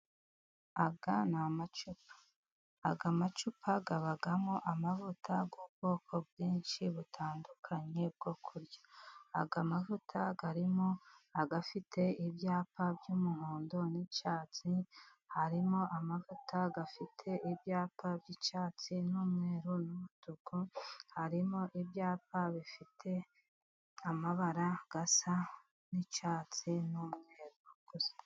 Aya ni amacupa. Aya macupa abamo amavuta y'ubwoko bwinshi butandukanye bwo kurya. Aya mavuta harimo afite ibyapa by'umuhondo n'icyatsi, harimo amavuta afite ibyapa by'icyatsi n'umweru n'umutuku, harimo ibyapa bifite amabara asa n'icyatsi n'umweru murakoze.